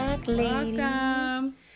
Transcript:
Welcome